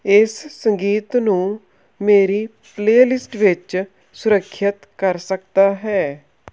ਇਸ ਸੰਗੀਤ ਨੂੰ ਮੇਰੀ ਪਲੇਲਿਸਟ ਵਿੱਚ ਸੁਰੱਖਿਅਤ ਕਰ ਸਕਦਾ ਹੈ